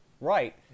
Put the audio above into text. right